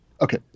Okay